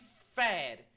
fad